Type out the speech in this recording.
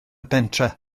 pentre